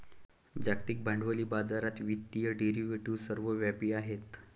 जागतिक भांडवली बाजारात वित्तीय डेरिव्हेटिव्ह सर्वव्यापी आहेत